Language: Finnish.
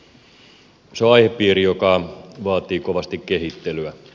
se on aihepiiri joka vaatii kehittelyä